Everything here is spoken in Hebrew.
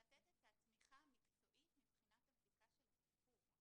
אני יכולה לתת את התמיכה המקצועית מבחינת הבדיקה של התמחור.